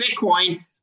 bitcoin